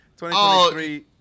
2023